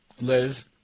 Liz